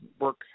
work